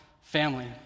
family